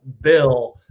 bill